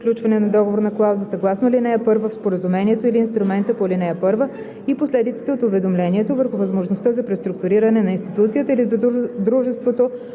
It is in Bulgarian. на договорна клауза съгласно ал. 1 в споразумението или инструмента по ал. 1 и последиците от уведомлението върху възможността за преструктуриране на институцията или дружеството